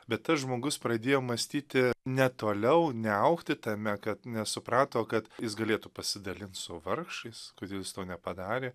bet tas žmogus pradėjo mąstyti ne toliau neaugti tame kad nesuprato kad jis galėtų pasidalint su vargšais kad jis to nepadarė